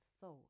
thought